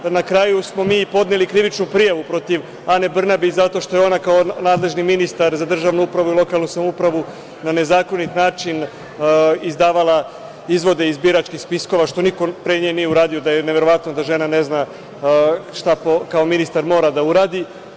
Na kraju smo mi podneli krivičnu prijavu protiv Ane Brnabić zato što je ona kao nadležni ministar za državnu upravu i lokalnu samoupravu na nezakonit način izdavala izvode iz biračkih spiskova, što niko pre nje nije uradio, da je neverovatno da žena ne zna šta kao ministar mora da uradi.